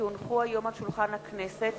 כי הונחו היום על שולחן הכנסת,